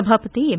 ಸಭಾಪತಿ ಎಂ